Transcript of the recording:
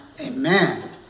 Amen